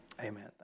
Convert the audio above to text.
Amen